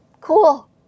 Cool